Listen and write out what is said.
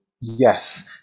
yes